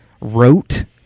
wrote